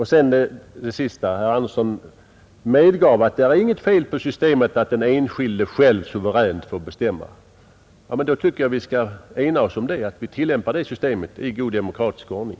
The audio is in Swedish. Herr Andersson medgav att det inte är något fel på systemet att den enskilde själv suveränt får bestämma. Men då tycker jag att vi skall ena oss om att tillämpa det systemet i god demokratisk ordning.